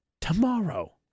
tomorrow